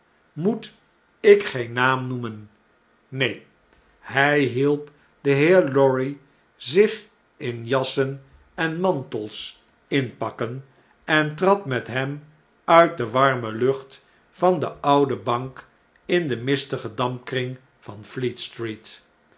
moet ik geen naam noemen neen hij hielp den heer lorry zich in jassen en mantels inpakken en trad met hem uit de warm lucht van de oude bank in den mistigen dampkring van